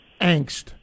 angst